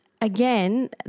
Again